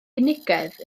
unigedd